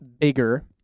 bigger